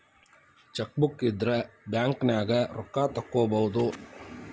chequebook ಇದ್ರ ಬ್ಯಾಂಕ್ನ್ಯಾಗ ರೊಕ್ಕಾ ತೊಕ್ಕೋಬಹುದು